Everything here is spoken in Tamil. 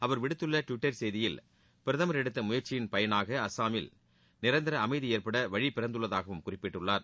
அவர் விடுத்துள்ள டுவிட்டர் செய்தியில் பிரதமர் எடுத்த முயற்சியின் பயனாக அசாமில் நிரந்தர அமைதி ஏற்பட வழி பிறந்துள்ளதாகவும் குறிப்பிட்டுள்ளார்